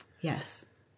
Yes